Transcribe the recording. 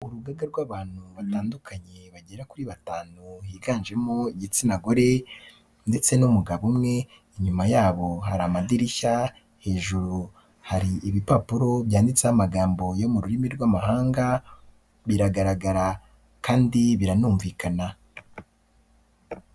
Urugaga rw'abantu batandukanye bagera kuri batanu, higanjemo igitsina gore ndetse n'umugabo umwe, inyuma yabo hari amadirishya, hejuru hari ibipapuro byanditseho amagambo yo mu rurimi rw'amahanga, biragaragara kandi biranumvikana.